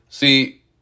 See